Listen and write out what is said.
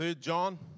John